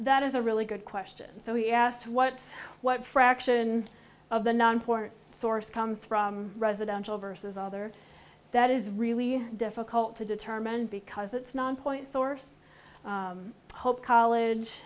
that is a really good question so he asked what what fraction of the non point source come from residential versus other that is really difficult to determine because it's non point source hope